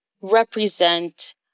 represent